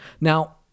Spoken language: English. Now